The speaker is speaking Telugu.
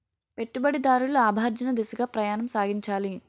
పెట్టుబడిదారులు లాభార్జన దిశగా ప్రయాణం సాగించాలి